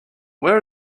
where